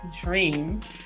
dreams